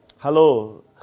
Hello